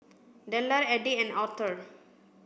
Dellar Eddie and Aurthur